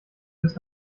bis